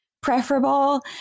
preferable